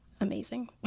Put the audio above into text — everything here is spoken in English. amazing